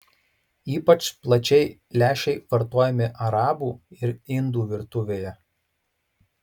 ypač plačiai lęšiai vartojami arabų ir indų virtuvėje